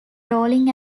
rolling